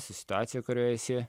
su situacija kurioje esi